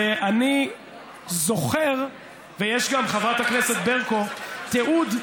ואני זוכר, ויש גם, חברת הכנסת ברקו, תיעוד,